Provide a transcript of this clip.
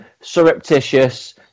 surreptitious